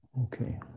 Okay